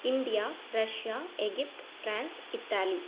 India Russia Egypt France Italy